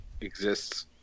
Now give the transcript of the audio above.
exists